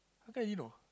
how come I didn't know